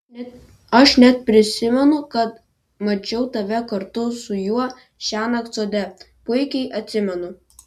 aš net prisimenu kad mačiau tave kartu su juo šiąnakt sode puikiai atsimenu